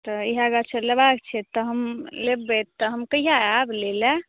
तऽ इहए गाछ आर लेबाक छै तऽ हम लेबै तऽ हम कहिया आएब लै लए